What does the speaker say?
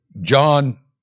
John